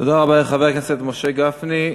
תודה רבה לחבר הכנסת משה גפני.